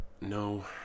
No